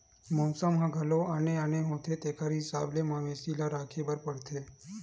मउसम ह घलो आने आने होथे तेखर हिसाब ले मवेशी ल राखे बर परथे